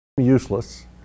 useless